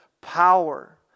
power